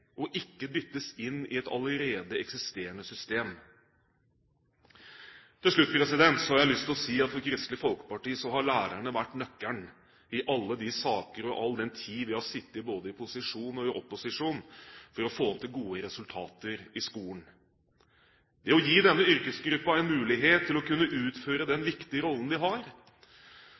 og ikke dyttes inn i et allerede eksisterende system. Til slutt har jeg lyst til å si at for Kristelig Folkeparti har lærerne vært nøkkelen i all den tid, og i alle de saker, vi har sittet, både i posisjon og i opposisjon, for å få til gode resultater i skolen. Det å gi denne yrkesgruppen en mulighet til å kunne utføre den viktige rollen den har,